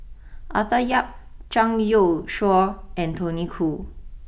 Arthur Yap Zhang Youshuo and Tony Khoo